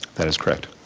that is correct.